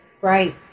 Right